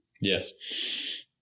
Yes